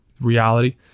reality